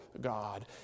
God